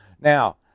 Now